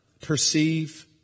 perceive